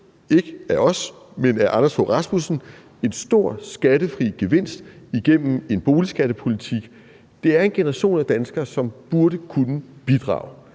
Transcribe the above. ikke af os, men af Anders Fogh Rasmussen, fået en stor skattefri gevinst igennem en boligskattepolitik. Det er en generation af danskere, som burde kunne bidrage,